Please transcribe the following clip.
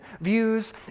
views